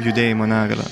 judėjimo negalią